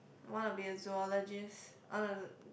I wanna be a zoologist I wanna